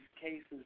cases